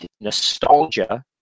nostalgia